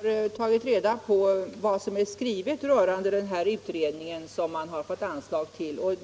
Herr talman! Jag har tagit reda på vad som är skrivet rörande den utredning som man har fått anslag till.